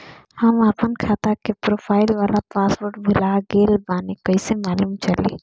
हम आपन खाता के प्रोफाइल वाला पासवर्ड भुला गेल बानी कइसे मालूम चली?